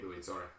sorry